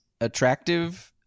attractive